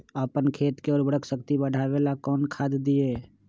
अपन खेत के उर्वरक शक्ति बढावेला कौन खाद दीये?